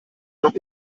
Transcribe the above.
noch